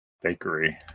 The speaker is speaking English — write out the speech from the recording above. Bakery